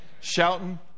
shouting